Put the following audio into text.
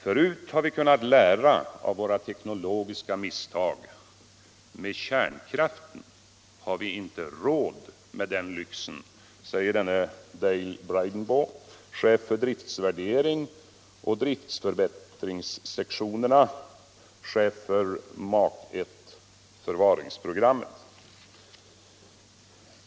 Förut har vi kunnat lära från våra teknologiska misstag. Med kärnkraften har vi inte råd med den lyxen!” — Detta säger Dale Bridenbaugh, chef för Driftsvärderingsoch Driftsförbättringssektionerna och chef för Mark I-förvaringsprogrammet.